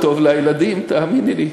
טוב לאוכל, טוב לילדים, תאמיני לי.